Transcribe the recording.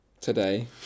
Today